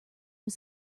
was